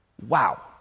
wow